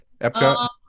Epcot